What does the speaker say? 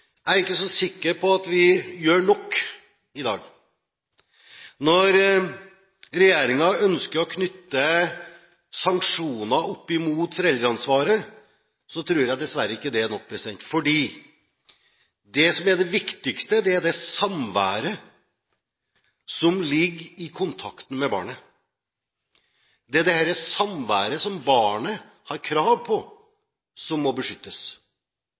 jeg er ikke så sikker på at vi gjør nok i dag. Regjeringen ønsker å knytte sanksjoner opp mot foreldreansvaret, men jeg tror dessverre ikke det er nok. For det som er det viktigste, er den kontakten som ligger i samværet med barnet. Det er dette samværet, som barnet har krav på, som må beskyttes,